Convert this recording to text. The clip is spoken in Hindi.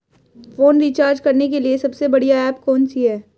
फोन रिचार्ज करने के लिए सबसे बढ़िया ऐप कौन सी है?